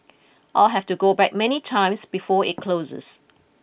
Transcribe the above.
I'll have to go back many times before it closes